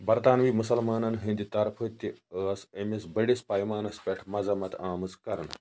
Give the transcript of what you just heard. برطانوی مُسلمانَن ہٕنٛدِ طرفہٕ تہِ ٲس أمِس بٔڈِس پیمانَس پٮ۪ٹھ مذمت آمٕژ کَرنہٕ